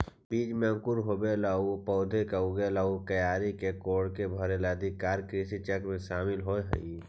बीज में अंकुर होवेला आउ पौधा के उगेला आउ क्यारी के कोड़के भरेला आदि कार्य कृषिचक्र में शामिल हइ